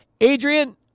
Adrian